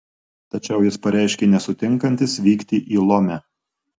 tačiau jis pareiškė nesutinkantis vykti į lomę